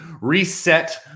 reset